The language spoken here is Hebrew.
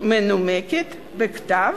מנומקת בכתב,